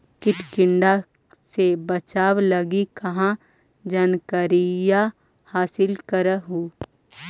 किट किड़ा से बचाब लगी कहा जानकारीया हासिल कर हू?